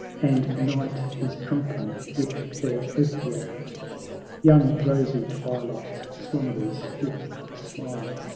and night is drunken with their opiate young, rosy twilight slumbers with a smile,